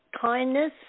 kindness